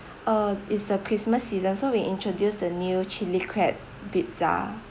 uh is the christmas season so we introduce the new chilli crab pizza